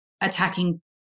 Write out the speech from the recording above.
attacking